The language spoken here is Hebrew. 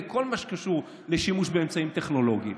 כל מה שקשור לשימוש באמצעים טכנולוגיים.